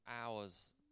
hours